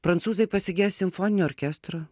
prancūzai pasiges simfoninio orkestro